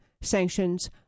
sanctions